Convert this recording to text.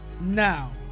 Now